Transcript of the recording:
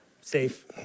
Safe